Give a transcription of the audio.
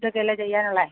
ഇതൊക്കെയല്ലേ ചെയ്യാനുള്ളത്